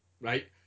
right